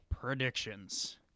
predictions